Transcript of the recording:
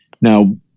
Now